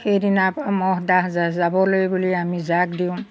সেইদিনাৰ পৰা মহ ডাঁহ যা যাবলৈ বুলি আমি জাগ দিওঁ